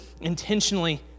intentionally